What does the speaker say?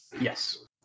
Yes